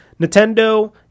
Nintendo